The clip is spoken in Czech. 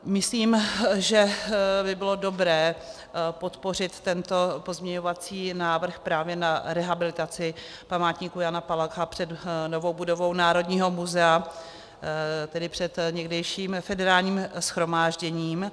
Myslím, že by bylo dobré podpořit tento pozměňovací návrh právě na rehabilitaci památníku Jana Palacha před novou budovu Národního muzea, tedy před někdejším Federálním shromážděním.